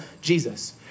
Jesus